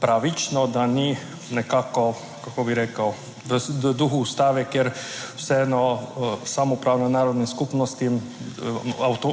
pravično, da ni nekako, kako bi rekel, v duhu Ustave, ker vseeno samoupravnim narodnim skupnostim,